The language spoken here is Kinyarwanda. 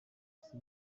isi